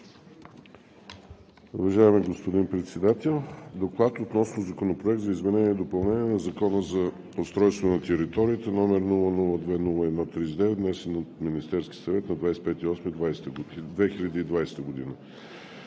Уважаеми господин Председател! „ДОКЛАД относно Законопроект за изменение и допълнение на Закона за устройство на територията, № 002-01-39, внесен от Министерския съвет на 25 август 2020 г.